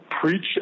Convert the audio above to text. preach